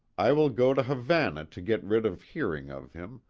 i will go to havana to get rid of hearing of him,